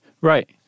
Right